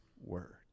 Word